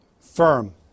firm